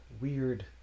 weird